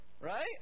right